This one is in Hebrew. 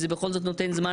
זה בכל זאת נותן זמן,